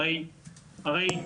הרי,